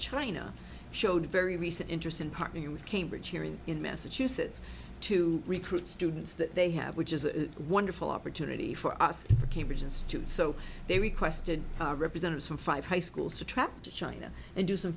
china showed a very recent interest in partnering with cambridge here in in massachusetts to recruit students that they have which is a wonderful opportunity for us for cambridge and students so they requested representatives from five high schools to trap to china and do some